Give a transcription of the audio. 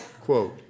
Quote